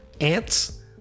ants